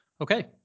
Okay